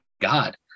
God